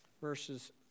Verses